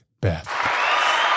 Beth